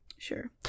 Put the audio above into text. sure